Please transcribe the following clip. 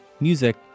Music